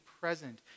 present